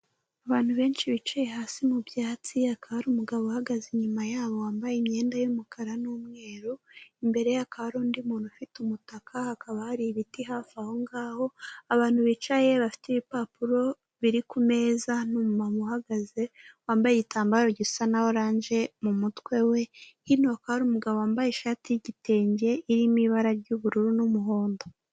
Abantu benshi bicaye hasi mu byatsim hakaba hari umugabo uhagaze inyuma yabo wambaye imyenda y'umukara n'umweru, imbere ye hakaba hari undi muntu ufite umutaka, hakaba hari ibiti hafi aho ngaho, abantu bicaye bafite ibipapuro biri ku meza n'umumama uhagaze wambaye igitambaro gisa na oranje mu mutwe we, hino hakaba hari umugabo wambaye ishati y'igitenge irimo ibara ry'ubururu n'umuhondo.